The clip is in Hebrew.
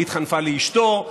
היא התחנפה לאשתו,